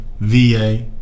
VA